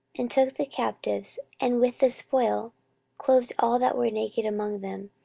and took the captives, and with the spoil clothed all that were naked among them,